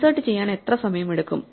insert ചെയ്യാൻ എത്ര സമയമെടുക്കും